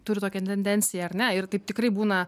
turiu tokią tendenciją ar ne ir taip tikrai būna